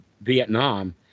Vietnam